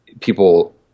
people